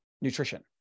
nutrition